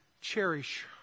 Cherish